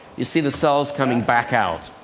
you see the cells coming back out.